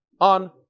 on